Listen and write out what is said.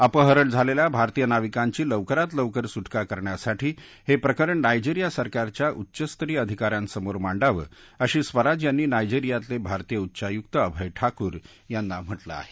अपहरण झालेल्या भारतीय नाविकांची लवकरात लवकर सुटका करण्यासाठी हे प्रकरण नायजेरिया सरकारच्या उच्चस्तरीय अधिकाऱ्यांसमोर मांडावं असं स्वराज यांनी नायजेरियातले भारतीय उच्चायुक अभय ठाकूर यांना म्हटलं आहे